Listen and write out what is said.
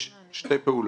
יש שתי פעולות.